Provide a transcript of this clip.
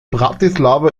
bratislava